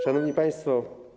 Szanowni Państwo!